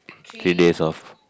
think that's of